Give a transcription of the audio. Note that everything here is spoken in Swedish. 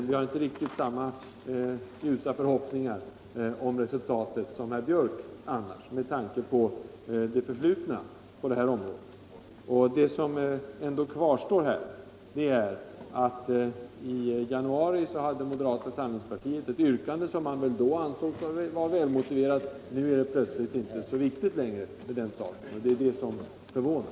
Vi hyser inte lika ljusa förhoppningar om resultatet som herr Björck, med tanke på det förflutna på det här området. Kvar står att i januari hade moderata samlingspartiet ett yrkande som man väl då ansåg motiverat. Nu är det helt plötsligt inte så viktigt längre med den saken. Det är den omkastningen som förvånar.